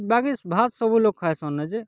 ବାକି ବାହାର୍ ସବୁ ଲୋକ୍ ଖାଇସନ୍ ଯେ